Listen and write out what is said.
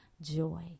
joy